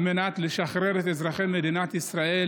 על מנת לשחרר את אזרחי מדינת ישראל